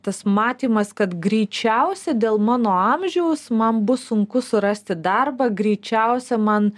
tas matymas kad greičiausia dėl mano amžiaus man bus sunku surasti darbą greičiausia man